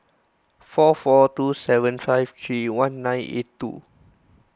four four two seven five three one nine eight two